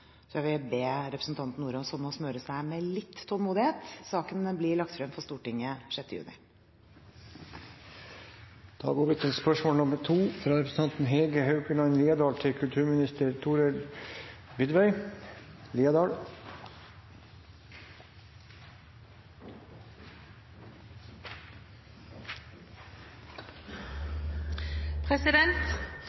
Så jeg vil be representanten Sjelmo Nordås om å smøre seg med litt tålmodighet. Saken blir lagt frem for Stortinget 6. juni. «I Dagbladet 8. mai sier stortingsrepresentant Ib Thomsen fra